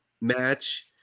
match